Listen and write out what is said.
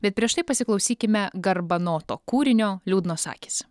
bet prieš tai pasiklausykime garbanoto kūrinio liūdnos akys